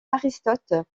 aristote